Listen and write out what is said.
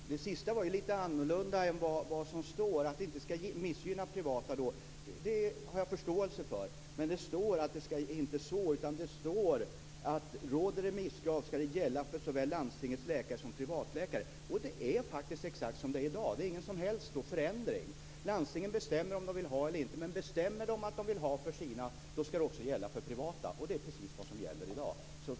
Fru talman! Det sista var lite annorlunda än det som står i reservationen. Jag har förståelse för att man inte vill missgynna privata vårdgivare, men det står inte så. Det står så här: Gäller remisskrav skall det gälla för såväl landstingets läkare som privatläkare. Det är faktiskt exakt som det är i dag. Det är ingen som helst förändring. Landstingen bestämmer, men bestämmer de att remisskrav skall gälla för de egna mottagningarna skall detta också gälla för privata. Det är precis vad som gäller i dag.